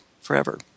forever